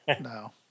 No